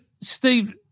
Steve